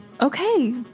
Okay